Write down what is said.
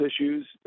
issues